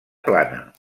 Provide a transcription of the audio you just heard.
plana